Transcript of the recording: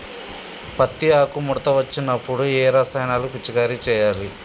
పత్తి ఆకు ముడత వచ్చినప్పుడు ఏ రసాయనాలు పిచికారీ చేయాలి?